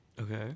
Okay